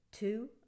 Two